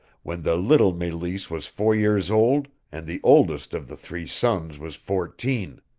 when the little meleese was four years old and the oldest of the three sons was fourteen.